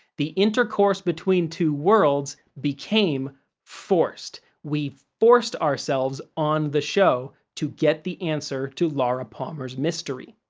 the intercourse between two worlds became forced. we forced ourselves on the show to get the answer to laura palmer's mystery.